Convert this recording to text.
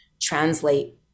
translate